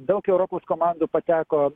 daug europos komandų pateko